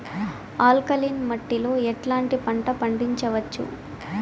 Alkaline మట్టి లో ఎట్లాంటి పంట పండించవచ్చు,?